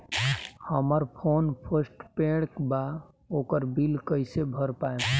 हमार phone postpaid बा ओकर बिल कईसे भर पाएम?